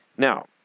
Now